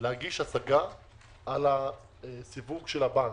להגיש הסגה על הסיווג של הבנק.